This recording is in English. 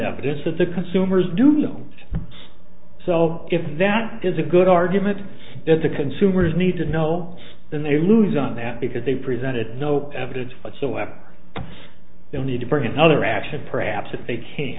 evidence that the consumers do know so if that is a good argument that the consumers need to know then they lose on that because they presented no evidence whatsoever no need to bring another action perhaps if they can